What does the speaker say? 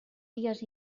vies